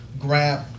Grab